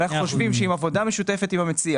אנחנו חושבים שבעבודה משותפת עם המציע